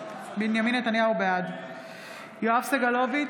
נתניהו, בעד יואב סגלוביץ'